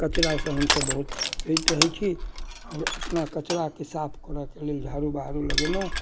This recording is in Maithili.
कचरासँ हमसब बहुत रहैत छी आओर अपना कचराके साफ करऽके लेल झाड़ू बहारू लगेलहुँ